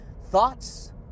Thoughts